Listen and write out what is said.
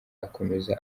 akomeza